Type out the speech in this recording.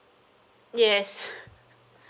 yes